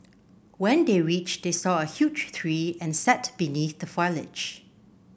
when they reached they saw a huge tree and sat beneath the foliage